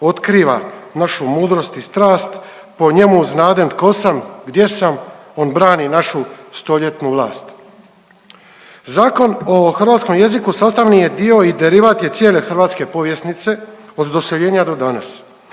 otkriva našu mudrost i strast, po njemu znadem tko sam, gdje sam, on brani našu stoljetnu vlast“. Zakon o hrvatskom jeziku sastavni je dio i derivat je cijele hrvatske povjesnice od doseljenja do danas.